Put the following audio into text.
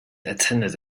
attended